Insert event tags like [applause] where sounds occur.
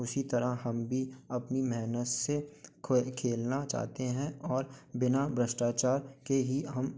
उसी तरह हम भी अपनी मेहनत से [unintelligible] खेलना चाहते हैं और बिना भ्रष्टाचार के ही हम